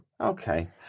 Okay